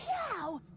oh